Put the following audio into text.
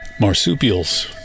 marsupials